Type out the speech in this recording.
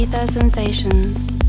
Sensations